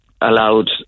allowed